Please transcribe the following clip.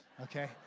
okay